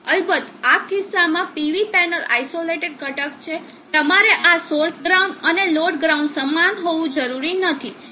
અલબત્ત આ કિસ્સામાં PV પેનલ આઈસોલેટેડ ઘટક છે તમારે આ સોર્સ ગ્રાઉન્ડ અને લોડ ગ્રાઉન્ડ સમાન હોવું જરૂરી નથી